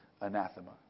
anathema